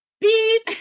beep